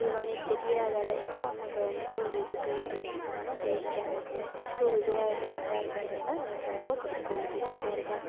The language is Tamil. இதுவானே தெரியாத அளவுக்கு அங்கே வந்துட்டு ஒரு இது கிரியேட் பண்ணி வச்சிருக்காங்க ஆனால் அது இயற்கையானது அப்போது இதுவாக பெனிஃபிட்டாக இருக்கிறதுனால எனக்கு ரொம்ப புடிக்கும் அந்த பீச்சு போகிறதும்